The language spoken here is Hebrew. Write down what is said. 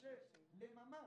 התפשרנו ונסכים לממ"ד,